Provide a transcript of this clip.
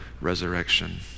resurrection